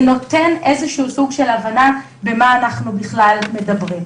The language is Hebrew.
זה נותן סוג של הבנה במה אנחנו בכלל מדברים.